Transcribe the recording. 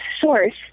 source